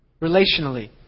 Relationally